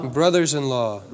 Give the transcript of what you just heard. Brothers-in-law